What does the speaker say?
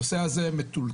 הנושא הזה מטולטל,